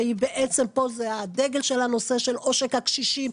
בעצם פה זה הדגל של הנושא של עושק הקשישים,